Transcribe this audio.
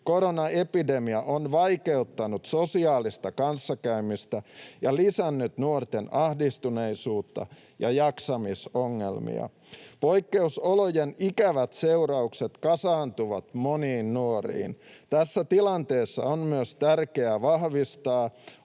koronaepidemia on vaikeuttanut sosiaalista kanssakäymistä ja lisännyt nuorten ahdistuneisuutta ja jaksamisongelmia. Poikkeusolojen ikävät seuraukset kasaantuvat moniin nuoriin. Tässä tilanteessa on myös tärkeää vahvistaa